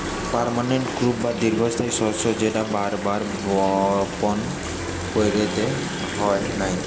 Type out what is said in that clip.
permanent crop বা দীর্ঘস্থায়ী শস্য যেটা বার বার বপণ কইরতে হয় নাই